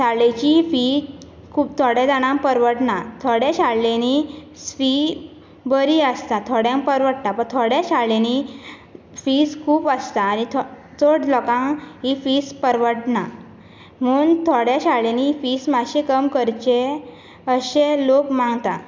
शाळेची फि खूब थोडे जाणांक परवडना थोडे शाळेंनी फि बरी आसता थोड्यांक परवडटा पण थोड्या शाळेंनी फिज खूब आसता आनी चड लोकांक हि फिज परवडना म्हूण थोड्या शाळेंनी फिज मातशे कम करचे अशें लोक मागता